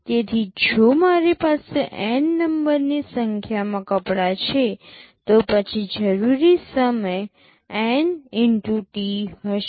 તેથી જો મારી પાસે N નંબરની સંખ્યામાં કપડાં છે તો પછી જરૂરી સમય N x T હશે